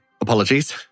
apologies